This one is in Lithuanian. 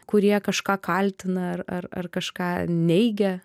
kurie kažką kaltina ar ar ar kažką neigia